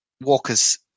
Walker's